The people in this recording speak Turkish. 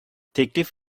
teklif